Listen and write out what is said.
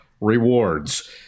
Rewards